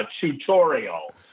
tutorial